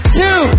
two